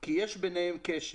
כי יש ביניהם קשר.